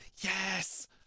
Yes